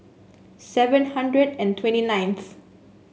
seven hundred and twenty ninth